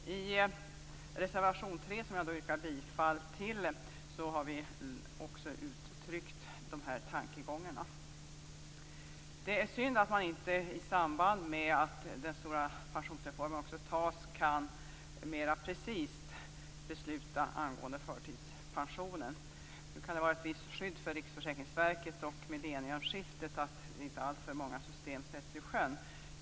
I reservation 3, som jag yrkar bifall till, ger vi uttryck för dessa tankegångar. Det är synd att man inte i samband med att den stora pensionsreformen tas mera precist kan besluta om förtidspensionen. Det kan vara ett visst skydd för Riksförsäkringsverket, med tanke på millennieskiftet, att inte alltför många system sätts i sjön.